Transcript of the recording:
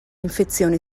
infezioni